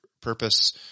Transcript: purpose